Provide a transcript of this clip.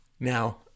Now